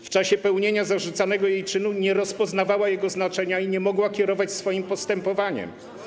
W czasie popełnienia zarzucanego jej czynu nie rozpoznawała jego znaczenia i nie mogła kierować swoim postępowaniem.